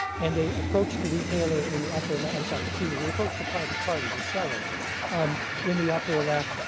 and they approached the retailer in the upper left. i'm sorry, excuse me, they approached the private party, the seller um in the upper left.